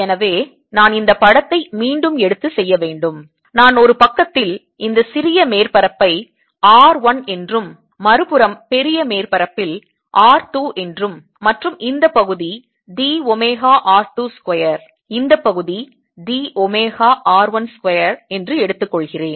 எனவே நான் இந்த படத்தை மீண்டும் எடுத்து செய்ய வேண்டும் நான் ஒரு பக்கத்தில் இந்த சிறிய மேற்பரப்பை r 1 என்றும் மறுபுறம் பெரிய மேற்பரப்பில் r 2 என்றும் மற்றும் இந்த பகுதி d ஒமேகா r 2 ஸ்கொயர் இந்த பகுதி d ஒமேகா r 1 ஸ்கொயர் என்றும் எடுத்துக் கொள்கிறேன்